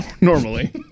normally